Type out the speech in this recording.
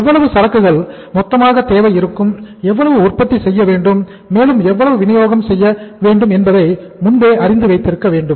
எவ்வளவு சரக்குகள் மொத்தமாக தேவை இருக்கும் எவ்வளவு உற்பத்தி செய்ய வேண்டும் மேலும் எவ்வளவு வினியோகம் செய்ய வேண்டும் என்பதை முன்பே அறிந்து வைத்திருக்க வேண்டும்